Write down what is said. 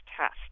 test